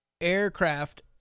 aircraft